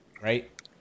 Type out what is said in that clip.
right